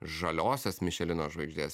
žaliosios mišelino žvaigždės